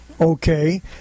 Okay